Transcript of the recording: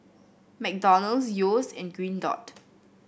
McDonald's Yeo's and Green Dot